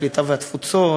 הקליטה והתפוצות,